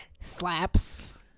Slaps